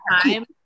time